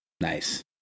Nice